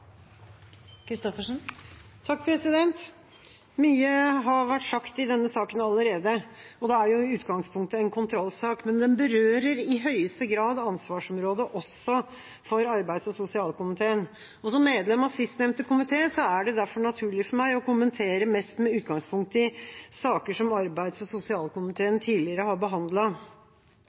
i utgangspunktet en kontrollsak, men den berører i høyeste grad også arbeids- og sosialkomiteens ansvarsområde. Som medlem av nevnte komité er det derfor naturlig for meg å kommentere mest med utgangspunkt i saker som arbeids- og sosialkomiteen tidligere har